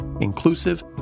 inclusive